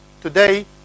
Today